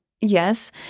yes